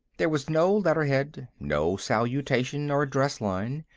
there was no letterhead, no salutation or address-line.